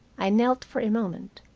i knelt for a moment,